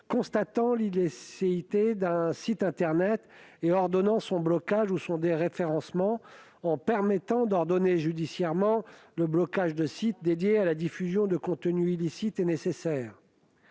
constatant l'illicéité d'un site internet et ordonnant son blocage ou son déréférencement, en permettant d'ordonner judiciairement le blocage de sites dédiés à la diffusion de contenus illicites. Nous